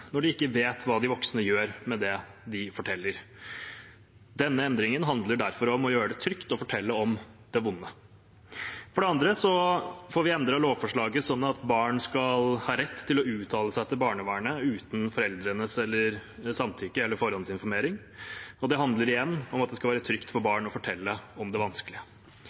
når de ikke vet hva de voksne gjør med det de forteller. Denne endringen handler derfor om å gjøre det trygt å fortelle om det vonde. For det andre får vi endret lovforslaget sånn at barn skal ha rett til å uttale seg til barnevernet uten foreldrenes samtykke eller forhåndsinformering. Det handler igjen om at det skal være trygt for barn å fortelle om det